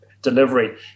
Delivery